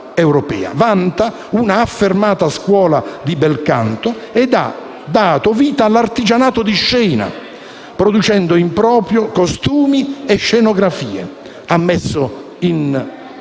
Vanta un'affermata scuola di bel canto e ha dato vita all'artigianato di scena, producendo in proprio costumi e scenografie. Ha messo in scena